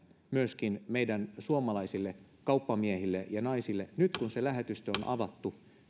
myöskin meidän suomalaisille kauppamiehille ja naisille nyt kun se lähetystö on on avattu